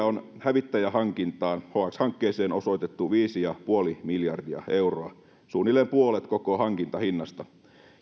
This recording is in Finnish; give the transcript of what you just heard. on hävittäjähankintaan hx hankkeeseen osoitettu viisi pilkku viisi miljardia euroa suunnilleen puolet koko hankintahinnasta